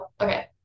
okay